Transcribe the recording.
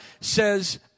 says